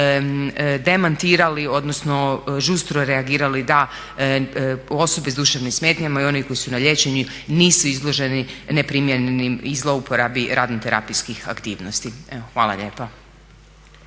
demantirali, odnosno žustro reagirali da osobe s duševnim smetnjama i one koje su na liječenju nisu izloženi neprimjerenim i zlouporabi radno terapijskih aktivnosti. Evo hvala lijepa.